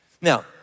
Now